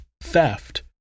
theft